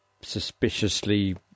suspiciously